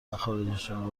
مخارجشان